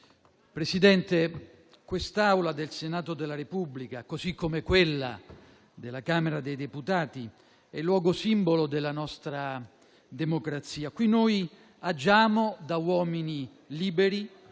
Presidente, l'Aula del Senato della Repubblica, così come quella della Camera dei deputati, è luogo simbolo della nostra democrazia: qui noi agiamo da uomini liberi,